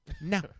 no